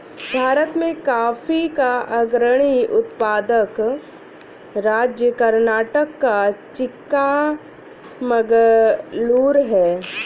भारत में कॉफी का अग्रणी उत्पादक राज्य कर्नाटक का चिक्कामगलूरू है